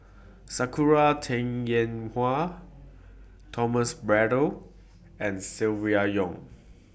Sakura Teng Ying Hua Thomas Braddell and Silvia Yong